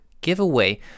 giveaway